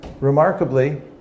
remarkably